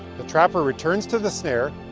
the trapper returns to the snare,